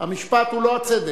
המשפט הוא לא הצדק.